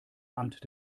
amt